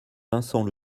vincent